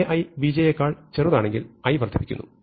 Ai Bj നേക്കാൾ ചെറുതാണെങ്കിൽ i വർദ്ധിപ്പിക്കുന്നു